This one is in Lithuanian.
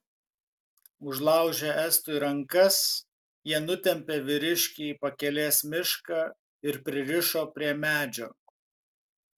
užlaužę estui rankas jie nutempė vyriškį į pakelės mišką ir pririšo prie medžio